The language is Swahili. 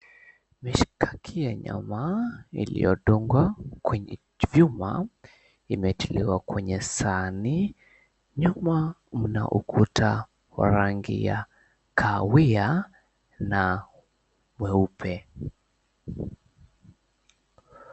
Mishakiki ya nyama iliyodungwa kwenye vyuma imewekelewa kwenye sahani. Nyuma mna ukuta wa rangi ya kahawia na weupe.